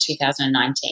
2019